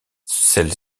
celle